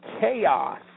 chaos